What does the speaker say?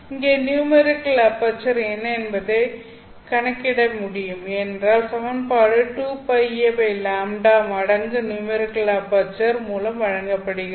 இங்கே numerical aperture என்ன என்பதை கணக்கிட முடியும் ஏனென்றால் சமன்பாடு 2πaλ மடங்கு நியூமெரிக்கல் அபெர்ச்சர் மூலம் வழங்கப்படுகிறது